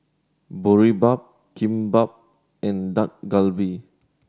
Boribap Kimbap and Dak Galbi